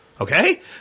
Okay